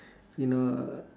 you know uh